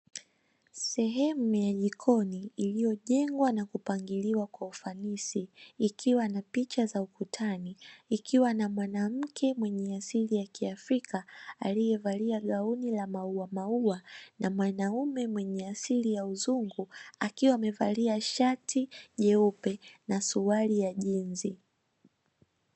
Sehemu ya jikoni iliyojengwa na kupangiliwa kwa ufanisi, ikiwa na picha za ukutani, ikiwa na mwanamke mwenye asili ya kiafrika aliyevalia gauni la mauamaua na mwanaume mwenye ya asili ya uzungu akiwa amevalia shati jeupe na suruali ya jinzi.